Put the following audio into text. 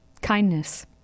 kindness